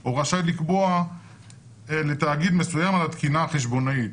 או רשאי לקבוע לתאגיד מסוים על התקינה החשבונאית.